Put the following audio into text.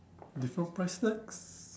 different price tags